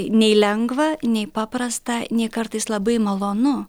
nei lengva nei paprasta nei kartais labai malonu